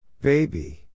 Baby